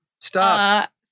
stop